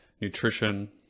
nutrition